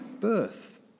birth